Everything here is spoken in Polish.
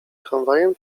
tramwajem